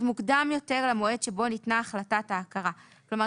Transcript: מוקדם למועד שבו ניתנה החלטת ההכרה כלומר,